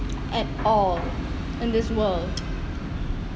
at all in this world